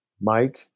Mike